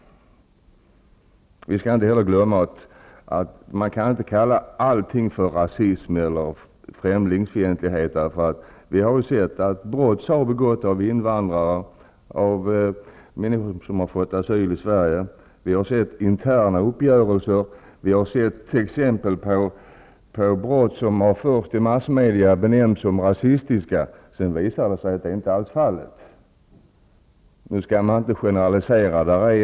Vi får inte heller glömma att man inte kan kalla allt för rasism eller främlingsfientlighet. Vi har sett att brott har begåtts av invandrare och människor som har fått asyl i Sverige. Vi har sett interna uppgörelser. Det finns också exempel på brott som i massmedia först har benämnts som rasistiska. Senare har det visat sig att så inte var fallet. Man skall naturligtvis inte generalisera.